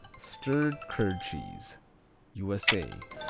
stirred curd cheese u s a.